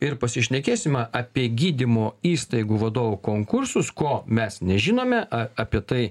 ir pasišnekėsime apie gydymo įstaigų vadovų konkursus ko mes nežinome apie tai